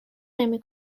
نمی